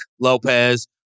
Lopez